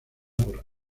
por